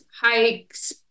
hikes